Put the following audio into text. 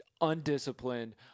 undisciplined